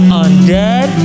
undead